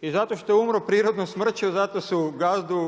i zato što je umro prirodnom smrću zato u gazdu